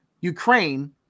Ukraine